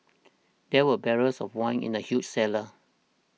there were barrels of wine in the huge cellar